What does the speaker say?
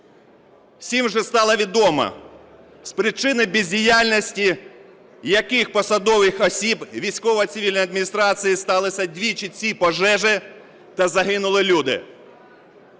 Всім вже стало відомо, з причини бездіяльності яких посадових осіб військово-цивільної адміністрації сталися двічі ці пожежі та загинули люди.